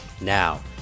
Now